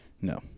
No